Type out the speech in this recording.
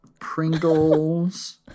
Pringles